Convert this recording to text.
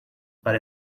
but